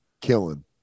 Killing